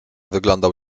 wyglądał